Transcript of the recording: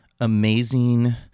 amazing